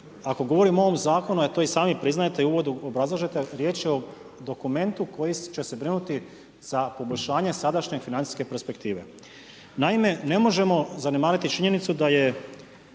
ako govorim o ovom zakonu, a to i sami priznajete i u uvodu obrazlažete, riječ je o dokumentu koji će se brinuti za poboljšanja sadašnje financijske perspektive. Naime ne možemo zanemariti činjenicu da je